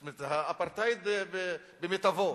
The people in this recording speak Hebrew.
זאת אומרת אפרטהייד במיטבו.